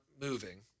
moving